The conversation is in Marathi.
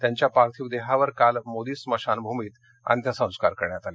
त्यांच्या पार्थिव देहावर काल मोदी स्मशानभूमीत अंत्यसंस्कार करण्यात आले